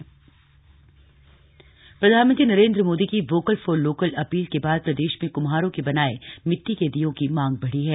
मिड़ी के दीये प्रधानमंत्री नरेन्द्र मोदी की वोकल फॉर लोकल अपील के बाद प्रदेश में क्म्हारों के बनाए मिट्टी दीयों की मांग बढ़ी है